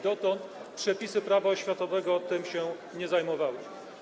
Dotąd przepisy Prawa oświatowego tym się nie zajmowały.